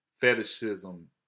fetishism